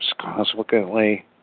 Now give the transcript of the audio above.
Consequently